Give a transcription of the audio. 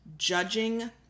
Judging